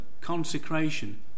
consecration